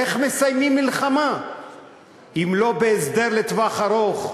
איך מסיימים מלחמה אם לא בהסדר לטווח ארוך,